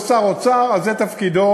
הוא שר האוצר, אז זה תפקידו,